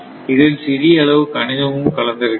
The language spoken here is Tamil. இதில் சிறிய அளவு கணிதமும் கலந்திருக்கிறது